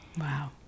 Wow